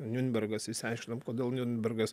niurnbergas išsiaiškinom kodėl niurnbergas